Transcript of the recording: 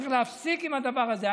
צריך להפסיק עם הדבר הזה.